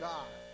God